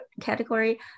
category